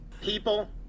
people